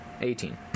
Eighteen